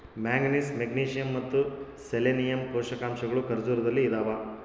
manganese magnesium ಮತ್ತು selenium ಪೋಷಕಾಂಶಗಳು ಖರ್ಜೂರದಲ್ಲಿ ಇದಾವ